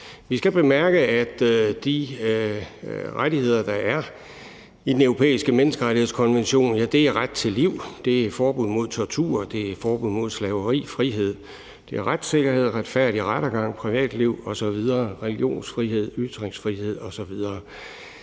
Vi skal bemærke, at de rettigheder, der er i Den Europæiske Menneskerettighedskonvention, er ret til liv, forbud mod tortur, forbud mod slaveri, frihed, retssikkerhed, retfærdig rettergang, privatliv, religionsfrihed, ytringsfrihed osv.